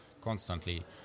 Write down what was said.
constantly